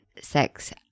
sex